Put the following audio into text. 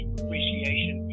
appreciation